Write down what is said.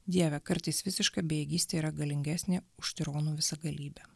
dieve kartais visiška bejėgystė yra galingesnė už tironų visagalybę